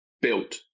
built